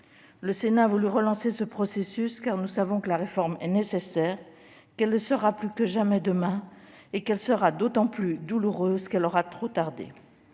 Le Sénat a voulu relancer ce processus, car nous savons que la réforme est nécessaire, qu'elle le sera plus que jamais demain et qu'elle sera d'autant plus douloureuse qu'elle aura trop tardé.